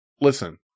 listen